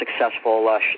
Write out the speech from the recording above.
successful